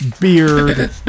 beard